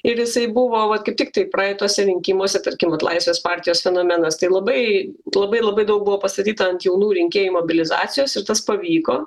ir jisai buvo va kaip tiktai praeituose rinkimuose tarkim laisvės partijos fenomenas tai labai labai labai daug buvo pastatyta ant jaunų rinkėjų mobilizacijos ir tas pavyko